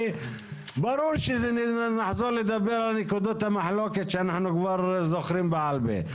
כי ברור שנחזור לדבר על נקודות המחלוקת שאנחנו כבר זוכרים בעל פה.